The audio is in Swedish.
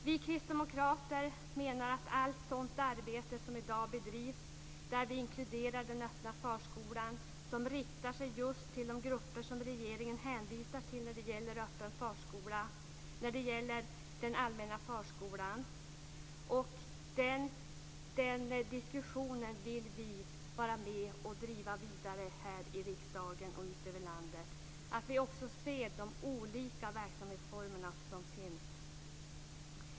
Vi kristdemokrater menar att i allt sådant arbete som i dag bedrivs ska den öppna förskolan inkluderas. Den riktar sig just till de grupper som regeringen hänvisar till när det gäller den allmänna förskolan. Den diskussionen vill vi vara med att driva vidare här i riksdagen och ute i landet. Vi måste se de olika verksamhetsformer som finns.